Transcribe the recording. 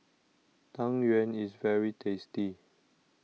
Tang Yuen is very tasty